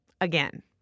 Again